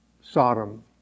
Sodom